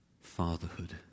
fatherhood